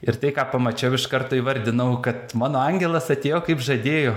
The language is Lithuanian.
ir tai ką pamačiau iš karto įvardinau kad mano angelas atėjo kaip žadėjo